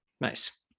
Nice